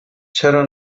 چرا